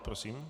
Prosím.